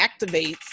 activates